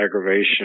aggravation